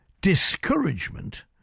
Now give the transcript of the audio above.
discouragement